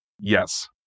yes